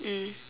mm